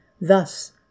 Thus